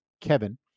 Kevin